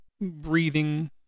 breathing